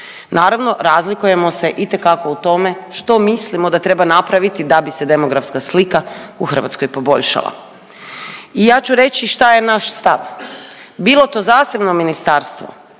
Naravno, razlikujemo se itekako u tome što mislimo da treba napraviti da bi se demografska slika u Hrvatskoj poboljšala. I ja ću reći šta je naš stav. Bilo to zasebno ministarstvo,